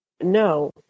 No